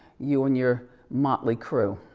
you and your motley crue.